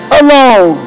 alone